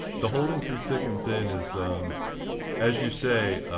the holding through thick and thin is as you say,